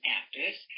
actors